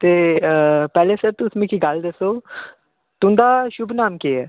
तेऽ अऽ पैह्ले सर तु'स मिक्की गल्ल दस्सो तुं'दा शुभ नाम केह् ऐ